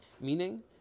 meaning